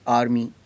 army